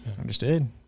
Understood